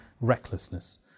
recklessness